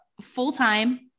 full-time